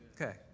Okay